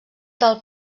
del